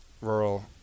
rural